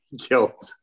killed